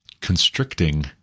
constricting